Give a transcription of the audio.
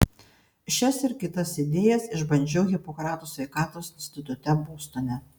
šias ir kitas idėjas išbandžiau hipokrato sveikatos institute bostone